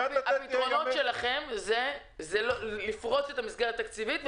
הפתרון שלכם הוא לפרוץ את המסגרת התקציבית.